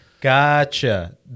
gotcha